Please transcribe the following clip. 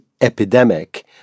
epidemic